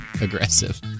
aggressive